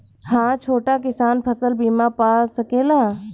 हा छोटा किसान फसल बीमा पा सकेला?